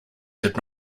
did